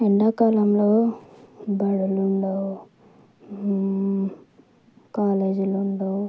ఎండాకాలంలో బడులు ఉండవు కాలేజీలు ఉండవు